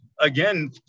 again